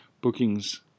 bookings